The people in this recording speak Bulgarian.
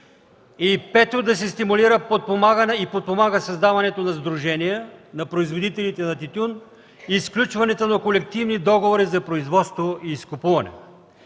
Пето, да се стимулира и подпомага създаването на сдружения на производителите на тютюн и сключването на колективни договори за производство и изкупуване.